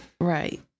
Right